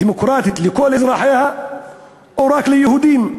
דמוקרטית לכל אזרחיה או רק ליהודים?